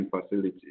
facilities